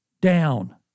down